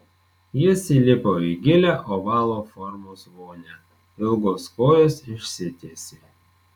jis įlipo į gilią ovalo formos vonią ilgos kojos išsitiesė